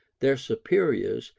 their superiors,